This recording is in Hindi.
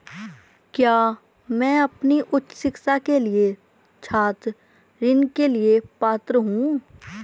क्या मैं अपनी उच्च शिक्षा के लिए छात्र ऋण के लिए पात्र हूँ?